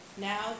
Now